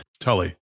Tully